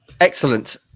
Excellent